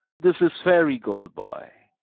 this is fairy-gold, boy,